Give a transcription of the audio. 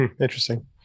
Interesting